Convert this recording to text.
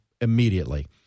immediately